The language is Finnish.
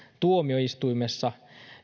tuomioistuimessa